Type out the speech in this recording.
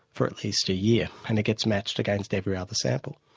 for at least a year, and it gets matched against every other sample.